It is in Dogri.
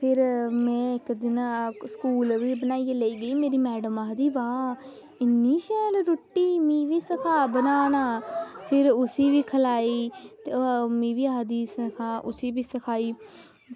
ते फिर में इक्क दिन स्कूल बी बनाई लेई गेई ते मेरी मैडम आक्खदी वाह् इन्नी शैल रिुट्टी मिगी बी सखाऽ बनाना फिर उसी बी खलाई ते मिगी आक्खदी सखाऽ उसी बी आक्खदी सखाऽ